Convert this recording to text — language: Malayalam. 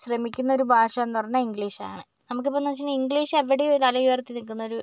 ശ്രമിക്കുന്ന ഒരു ഭാഷയെന്ന് പറഞ്ഞാൽ ഇംഗ്ലീഷാണ് നമുക്കിപ്പോഴെന്ന് വെച്ച് കഴിഞ്ഞാൽ ഇംഗ്ലീഷ് എവിടെയും തലയുയർത്തി നിൽക്കുന്നൊരു